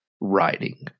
writing